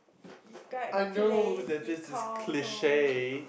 describe the place you call home